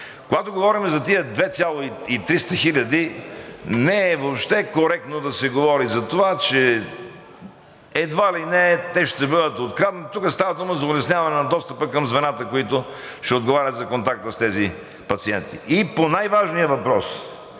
Когато говорим за тези 2 млн. и 300 хиляди, не е въобще коректно да се говори за това, че едва ли не те ще бъдат откраднати. Тук става дума за улесняване на достъпа към звената, които ще отговарят за контакта с тези пациенти. И по най-важния въпрос,